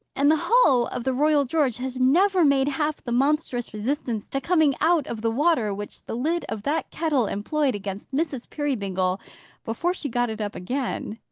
and the hull of the royal george has never made half the monstrous resistance to coming out of the water which the lid of that kettle employed against mrs. peerybingle before she got it up again.